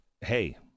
hey